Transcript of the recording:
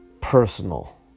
personal